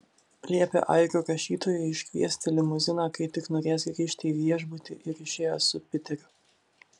liepė airių rašytojui išsikviesti limuziną kai tik norės grįžti į viešbutį ir išėjo su piteriu